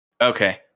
Okay